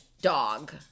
dog